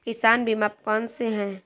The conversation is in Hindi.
किसान बीमा कौनसे हैं?